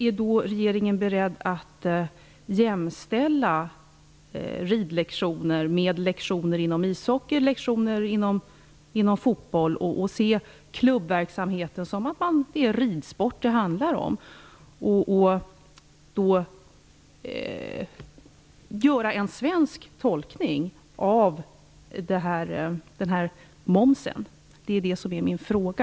Är regeringen beredd att jämställa ridlektioner med lektioner inom ishockey eller fotboll och se ridsporten som den klubbverksamhet det handlar om och att då göra en svensk tolkning av momsen? Det är det som är min fråga.